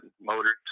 Motors